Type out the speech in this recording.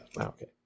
Okay